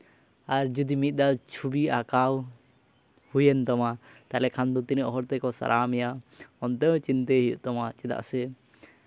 ᱟᱨ ᱡᱩᱫᱤ ᱢᱤᱫ ᱫᱷᱟᱣ ᱪᱷᱚᱵᱤ ᱟᱸᱠᱟᱣ ᱦᱩᱭᱮᱱ ᱛᱟᱢᱟ ᱛᱟᱦᱚᱞᱮ ᱠᱷᱟᱱ ᱫᱚ ᱛᱤᱱᱟᱹᱜ ᱦᱚᱲ ᱛᱮᱠᱚ ᱥᱟᱨᱦᱟᱣ ᱢᱮᱭᱟ ᱚᱱᱛᱮ ᱦᱚᱸ ᱪᱤᱱᱛᱟᱹᱭ ᱦᱩᱭᱩᱜ ᱛᱟᱢᱟ ᱪᱮᱫᱟᱜ ᱥᱮ